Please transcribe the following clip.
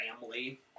family